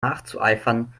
nachzueifern